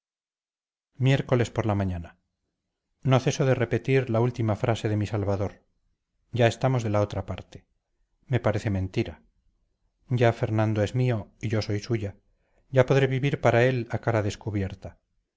miércoles por la mañana no ceso de repetir la última frase de mi salvador ya estamos de la otra parte me parece mentira ya fernando es mío y yo soy suya ya podré vivir para él a cara descubierta